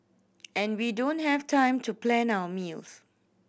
and we don't have time to plan our meals